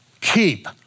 keep